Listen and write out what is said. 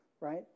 Right